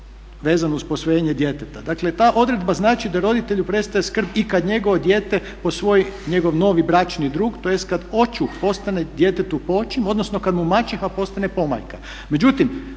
vezano uz posvojenje djeteta. Dakle ta odredba znači da roditelju prestaje skrb i kada njegovo dijete posvoji njegov novi bračni drug tj. kada očuh postane djetetu poočim odnosno kada mu maćeha postane pomajka. Međutim,